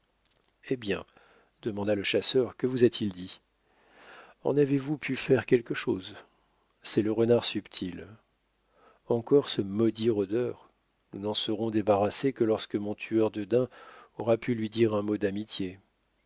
eh bien demanda le chasseur que vous a-t-il dit en avez-vous pu faire quelque chose c'est le renard subtil encore ce maudit rôdeur nous n'en serons débarrassés que lorsque mon tueur de daims aura pu lui dire un mot d'amitié